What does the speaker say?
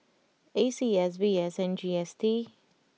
A C S V S and G S T